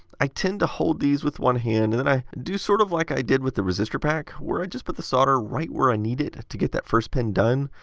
i tend to hold these with one hand, and and i do sort of like i did with the resistor pack, where i just put the solder right where i need it to get that first pin done.